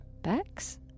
Bex